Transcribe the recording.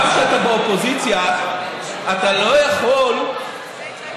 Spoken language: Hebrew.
גם כשאתה באופוזיציה אתה לא יכול להתעלם